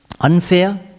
Unfair